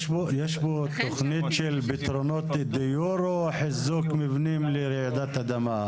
יש פה תכנית של פתרונות דיור או חיזוק מבנים לרעידת אדמה?